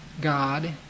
God